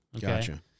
gotcha